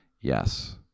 yes